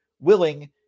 willing